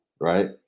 right